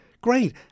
Great